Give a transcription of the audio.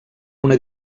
una